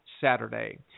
Saturday